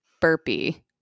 burpee